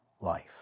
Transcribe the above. life